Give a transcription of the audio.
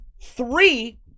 Three